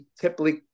typically